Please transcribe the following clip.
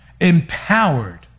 empowered